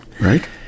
Right